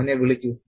അവനെ വിളിക്കൂ